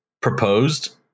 proposed